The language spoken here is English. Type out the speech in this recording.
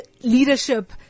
Leadership